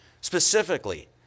specifically